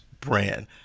brand